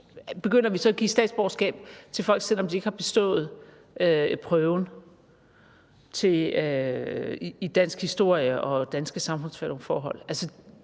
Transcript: begynder vi så at give statsborgerskab til folk, selv om de ikke har bestået prøven i dansk historie og danske samfundsforhold.